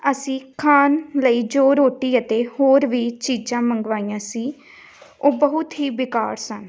ਅਸੀਂ ਖਾਣ ਲਈ ਜੋ ਰੋਟੀ ਅਤੇ ਹੋਰ ਵੀ ਚੀਜ਼ਾਂ ਮੰਗਵਾਈਆਂ ਸੀ ਉਹ ਬਹੁਤ ਹੀ ਬੇਕਾਰ ਸਨ